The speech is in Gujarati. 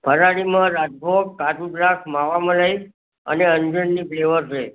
ફરાળીમાં રાજભોગ કાજુ દ્રાક્ષ માવા મલાઈ અને અંજીરની ફ્લેવર છે